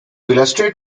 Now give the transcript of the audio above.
illustrate